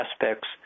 aspects